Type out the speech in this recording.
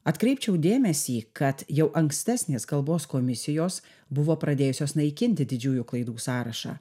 atkreipčiau dėmesį kad jau ankstesnės kalbos komisijos buvo pradėjusios naikinti didžiųjų klaidų sąrašą